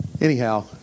Anyhow